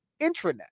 intranet